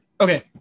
Okay